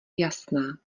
jasná